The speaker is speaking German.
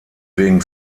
wegen